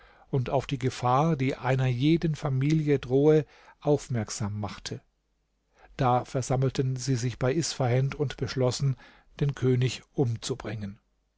und auf die gefahr die einer jeden familie drohe aufmerksam machte da versammelten sie sich bei isfahend und beschlossen den könig umzubringen